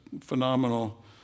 phenomenal